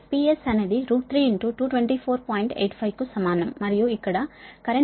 85 కు సమానం మరియు ఇక్కడ కరెంటు పవర్ ఫాక్టర్ 0